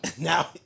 Now